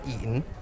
eaten